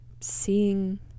seeing